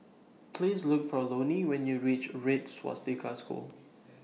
Please Look For Loni when YOU REACH Red Swastika School